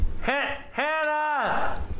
Hannah